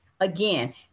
Again